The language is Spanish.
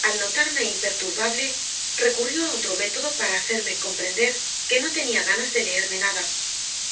al notarme imperturbable recurrió a otro método para hacerme comprender que no tenía ganas de leerme nada